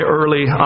early